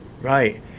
Right